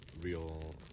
real